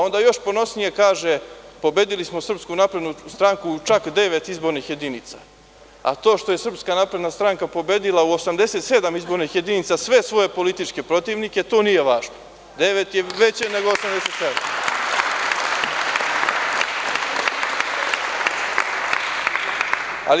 Onda još ponosnije kaže – pobedili smo Srpsku naprednu stranku čak u devet izbornih jedinica, a to što je SNS pobedila u 87 izbornih jedinica sve svoje političke protivnike to nije važno, devet je veće nego 87.